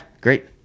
Great